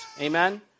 Amen